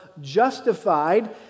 justified